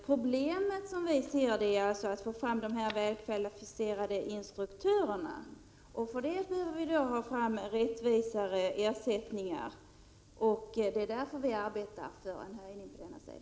Problemet, som vi ser det, är att få fram väl kvalificerade instruktörer, och för det behövs mera rättvisa ersättningar. Det är därför vi arbetar för en höjning.